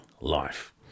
life